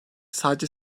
sadece